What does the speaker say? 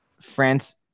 France